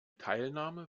teilnahme